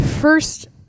first